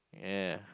yeah